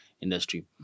industry